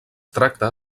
tracta